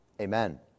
Amen